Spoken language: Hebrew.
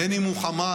בין שהוא חמאס,